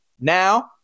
now